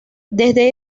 desde